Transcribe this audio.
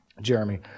jeremy